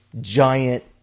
Giant